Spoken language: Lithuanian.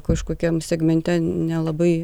kažkokiam segmente nelabai